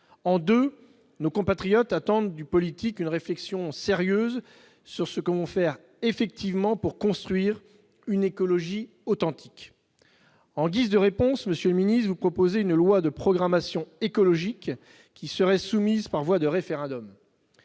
part, nos compatriotes attendent de la politique une réflexion sérieuse sur ce qu'on veut faire effectivement pour construire une écologie authentique. En guise de réponse, vous proposez une loi de programmation écologique qui serait soumise par voie de référendum.